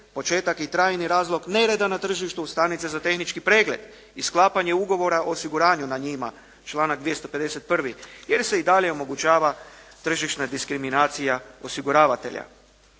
početak i trajni razlog nerada na tržištu, stanica za tehnički pregled i sklapanje ugovora o osiguranju na njima, članak 251. jer se i dalje omogućava tržišna diskriminacija osiguravatelja.